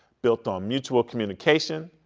built on mutual communication,